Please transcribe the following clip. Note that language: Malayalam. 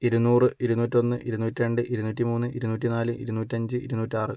ഇരുനൂറ് ഇരുന്നുറ്റൊന്ന് ഇരുന്നൂറ്റി രണ്ട് ഇരുന്നൂറ്റി മൂന്ന് ഇരുന്നൂറ്റി നാല് ഇരുന്നൂറ്റഞ്ച് ഇരുന്നൂറ്റാറ്